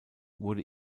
wurde